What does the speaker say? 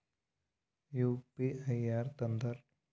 UPI ಯಾರ್ ತಂದಾರ?